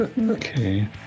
Okay